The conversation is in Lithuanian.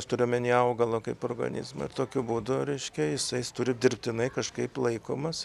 aš turiu omeny augalą kaip organizmą ir tokiu būdu reiškia jisais turi dirbtinai kažkaip laikomas